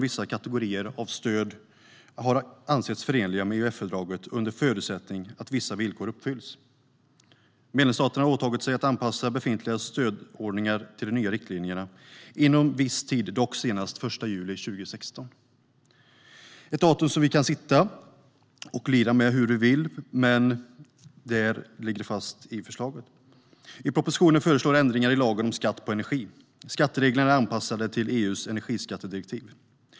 Vissa kategorier av stöd har ansetts vara förenliga med EUF-fördraget, under förutsättning att vissa villkor uppfylls. "Medlemsstaterna har åtagit sig att anpassa befintliga stödordningar till de nya riktlinjerna inom en viss tid, dock senast den 1 juli 2016." Det är ett datum som vi kan lira med hur vi vill, men det ligger fast i förslaget. I propositionen föreslås ändringar i lagen om skatt på energi. Skattereglerna är anpassade till EU:s energiskattedirektiv.